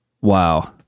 wow